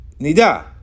nida